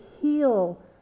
heal